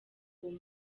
uwo